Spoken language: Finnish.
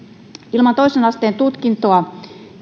ilman toisen asteen tutkintoa